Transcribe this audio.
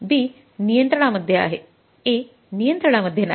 B नियंत्रणामध्ये आहे A नियंत्रणामध्ये नाही